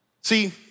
See